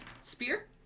spear